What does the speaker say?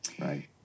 Right